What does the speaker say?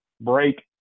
break